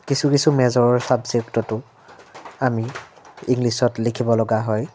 কিছু কিছু মেজৰৰ ছাবজেক্টতো আমি ইংলিছত লিখিব লগা হয়